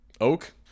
Oak